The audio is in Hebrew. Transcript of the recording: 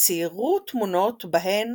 וציירו תמונות בהן